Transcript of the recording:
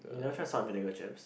you never try salt and vinegar chips